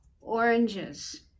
oranges